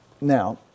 now